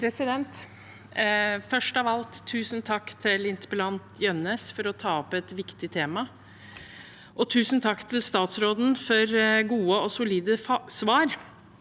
Først av alt: Tusen takk til interpellant Jønnes for å ta opp et viktig tema, og tusen takk til statsråden for gode og solide svar.